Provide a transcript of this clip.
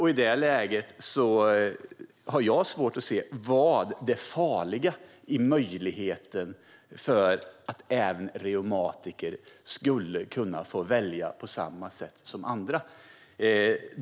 I det läget har jag svårt att se det farliga i möjligheten för reumatiker att välja på samma sätt som andra.